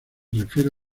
refiere